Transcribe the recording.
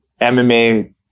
MMA